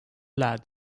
lad